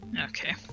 Okay